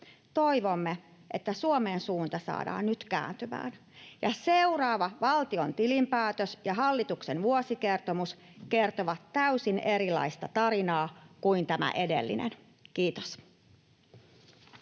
Toivomme, että Suomen suunta saadaan nyt kääntymään ja seuraava valtion tilinpäätös ja hallituksen vuosikertomus kertovat täysin erilaista tarinaa kuin tämä edellinen. — Kiitos.